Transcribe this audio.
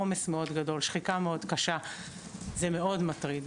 עומס מאוגד גדול, שחיקה מאוד קשה, זה מאוד מטריד.